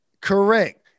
Correct